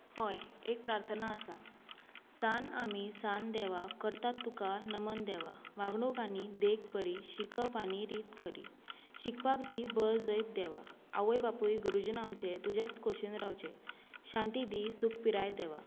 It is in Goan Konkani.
हय एक प्रार्थना आसा सान आमी सान देवा करतात तुका नमन देवा वागणूक आनी देख बरी शिकप आनी रीत खरी शिकपाक दी बळ जैत देवा आवय बापूय गुरुजन आमचे तुज्याच खोशेन रावचे शांती दी सुख पिराय देवा